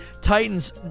titans